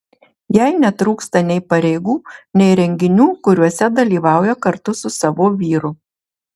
jai netrūksta nei pareigų nei renginių kuriuose dalyvauja kartu su savo vyru